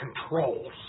controls